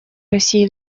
россии